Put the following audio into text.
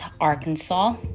Arkansas